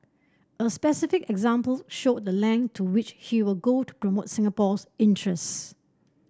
a specific example showed the length to which he will go to promote Singapore's interests